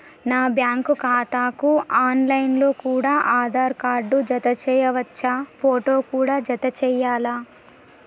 నా బ్యాంకు ఖాతాకు online లో కూడా ఆధార్ కార్డు జత చేయవచ్చా ఫోటో కూడా జత చేయాలా?